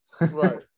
Right